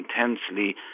intensely